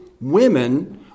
women